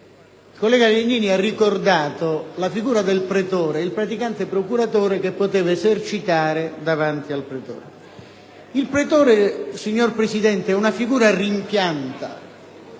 del collega Legnini, il quale ha ricordato la figura del pretore e del praticante procuratore che poteva esercitare davanti al pretore. Il pretore, signora Presidente, è una figura rimpianta.